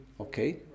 Okay